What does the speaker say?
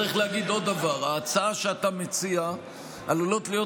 צריך להגיד עוד דבר: להצעה שאתה מציע עלולות להיות